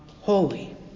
holy